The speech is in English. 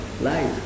life